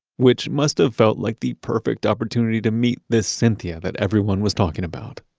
which must have felt like the perfect opportunity to meet this cynthia that everyone was talking about.